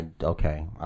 Okay